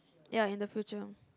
ya in the future